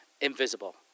invisible